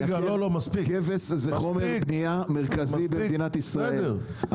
גבס זה חומר בנייה מרכזי במדינת ישראל.